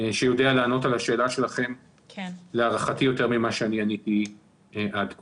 שיודע לענות על השאלה שלכם להערכתי יותר ממה שאני עניתי עד כה.